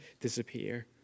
disappear